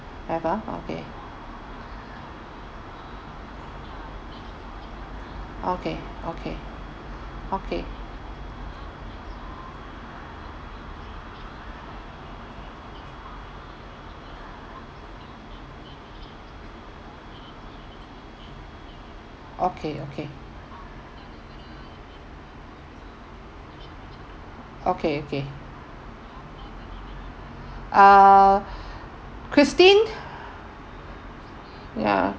have ah okay okay okay okay okay okay okay okay uh christine ya